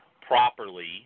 properly